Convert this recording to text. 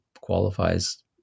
qualifies